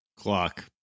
clock